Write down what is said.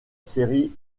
série